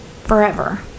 forever